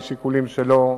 משיקולים שלו,